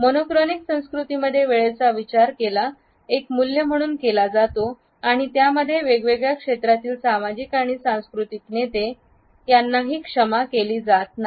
monochronic संस्कृती मध्ये वेळेचा विचार केला एक मूल्य म्हणून केला जातो आणि त्यामध्ये वेगवेगळ्या क्षेत्रातील सामाजिक किंवा सांस्कृतिक नेते क्षमा केली जात नाही